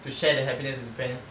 to share the happiness with the friends